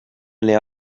leer